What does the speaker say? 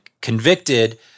convicted